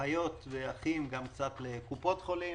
אחיות ואחים גם קצת לקופות החולים.